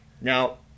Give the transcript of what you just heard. Now